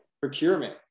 procurement